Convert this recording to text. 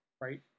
right